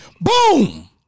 Boom